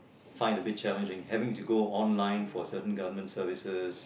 find a bit challenging having to go online for certain government services